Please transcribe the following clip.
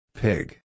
Pig